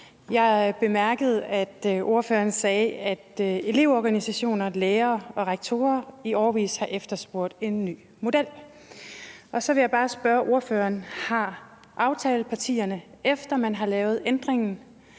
Jeg bemærkede, at ordføreren sagde, at elevorganisationer, lærere og rektorer i årevis har efterspurgt en ny model, og så vil jeg bare spørge ordføreren: Har aftalepartierne, efter at man har lavet ændringen,